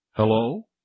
Hello